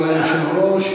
אבל היושב-ראש,